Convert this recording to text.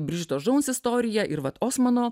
bridžitos džons istorija ir vat osmano